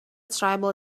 tribal